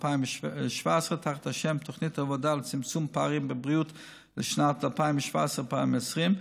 2017 תחת השם "תוכנית העבודה לצמצום פערים בבריאות לשנים 2017 2020,